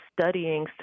studying